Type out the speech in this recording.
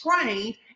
trained